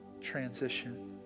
transition